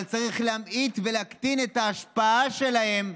אבל צריך להמעיט ולהקטין את ההשפעה שלהם,